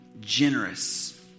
generous